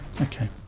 Okay